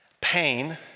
Pain